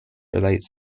relates